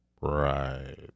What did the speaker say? Right